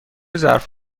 ظرف